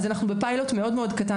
אנחנו בפיילוט מאוד קטן,